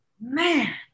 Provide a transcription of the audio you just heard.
man